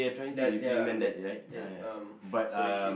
ya ya that that um sorry shit